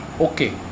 okay